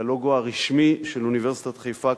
כי הלוגו הרשמי של אוניברסיטת חיפה,